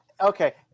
Okay